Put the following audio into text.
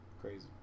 crazy